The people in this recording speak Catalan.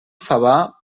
favar